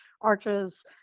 arches